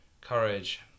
courage